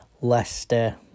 leicester